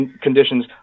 conditions